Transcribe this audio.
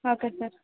okay sir